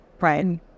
Right